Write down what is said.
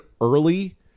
early